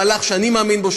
מהלך שאני מאמין בו,